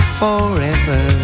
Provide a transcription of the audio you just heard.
forever